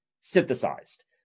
synthesized